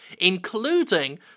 including